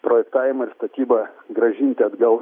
projektavimą ir statybą grąžinti atgal